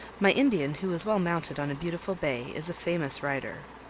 my indian, who is well mounted on a beautiful bay, is a famous rider.